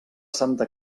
santa